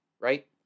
right